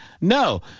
No